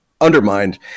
undermined